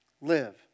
live